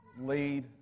lead